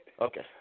Okay